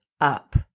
up